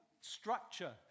structure